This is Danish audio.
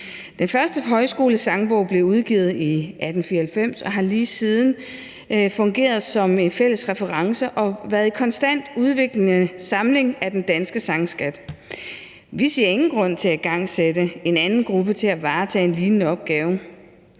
Den første Højskolesangbog blev udgivet i 1894 og har lige siden fungeret som en fælles reference og været en konstant udviklende samling af den danske sangskat. Vi ser ingen grund til at igangsætte en anden gruppe til at varetage en lignende opgave.